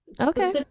Okay